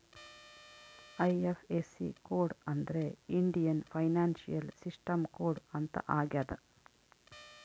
IFSC code ಅಂದ್ರೆ Indian financial system code ಅಂತ ಆಗ್ಯದ